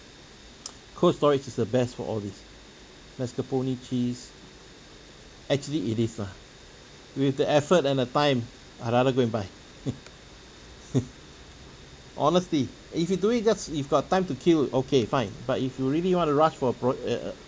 cold storage is the best for all this mascarpone cheese actually it is lah with the effort and the time I rather go and buy honestly if you do it just if got time to kill okay fine but if you really want to rush for a pro~ eh uh